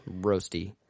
roasty